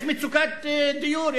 יש מצוקת דיור,